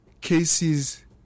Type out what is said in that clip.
cases